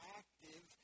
active